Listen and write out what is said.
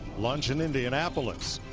lunch in indianapolis,